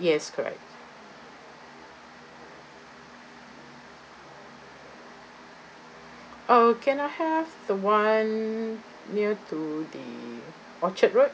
yes correct oh can I have the one near to the orchard road